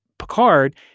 Picard